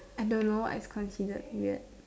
I don't know what is considered weird